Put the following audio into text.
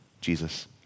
Jesus